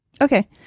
Okay